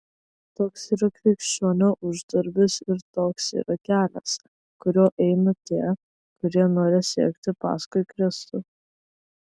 toks yra krikščionio uždarbis ir toks yra kelias kuriuo eina tie kurie nori sekti paskui kristų